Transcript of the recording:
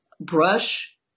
brush